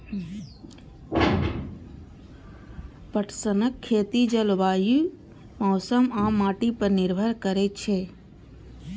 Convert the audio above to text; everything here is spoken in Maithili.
पटसनक खेती जलवायु, मौसम आ माटि पर निर्भर करै छै